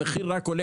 המחיר רק עולה.